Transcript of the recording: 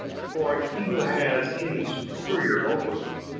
for he who has any superior over him,